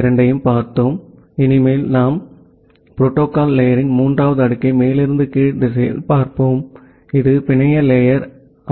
எனவே இனிமேல் நாம் புரோட்டோகால் லேயர்ரின் மூன்றாவது அடுக்கை மேலிருந்து கீழ் திசையில் பார்ப்போம் இது பிணைய லேயர்